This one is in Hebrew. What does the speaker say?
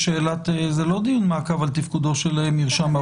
זה לא דיון מעקב על תפקודו של מרשם האוכלוסין.